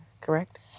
correct